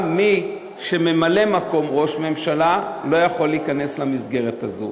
וגם מי שהוא ממלא-מקום ראש הממשלה לא יכול להיכנס למסגרת הזו.